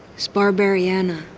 is barbarianna.